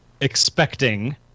expecting